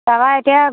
তাৰপৰা এতিয়া